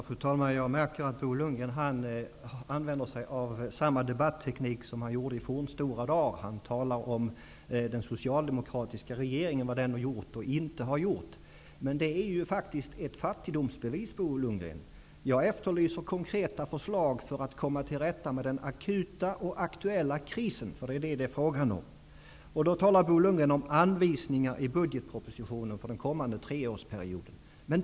Fru talman! Jag märker att Bo Lundgren använder sig av samma debatteknik som han gjorde i fornstora dar. Han talar om vad den socialdemokratiska regeringen har gjort och inte har gjort. Det är faktiskt ett fattigdomsbevis, Bo Jag efterlyser konkreta förslag för att komma till rätta med den akuta och aktuella krisen, för det är detta det är fråga om. Då talar Bo Lundgren om anvisningar i budgetpropositionen för den kommande treårsperioden.